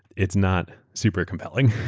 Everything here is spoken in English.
it's not super compelling.